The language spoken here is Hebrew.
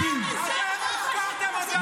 פופוליזם זול, זה מה שאתם עושים.